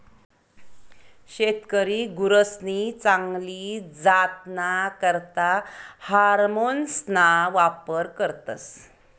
शेतकरी गुरसनी चांगली जातना करता हार्मोन्सना वापर करतस